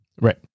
Right